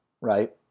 Right